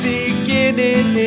Beginning